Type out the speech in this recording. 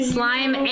Slime